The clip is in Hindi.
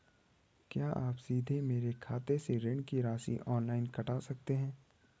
क्या आप सीधे मेरे खाते से ऋण की राशि ऑनलाइन काट सकते हैं?